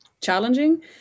challenging